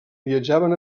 viatjaven